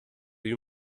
you